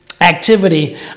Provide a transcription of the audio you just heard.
activity